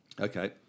Okay